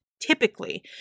Typically